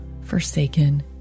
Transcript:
forsaken